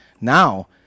Now